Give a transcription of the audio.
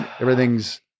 everything's